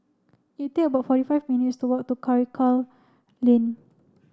about forty five minutes to walk to Karikal Lane